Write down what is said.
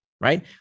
right